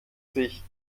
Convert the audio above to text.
sich